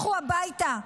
לכו הביתה.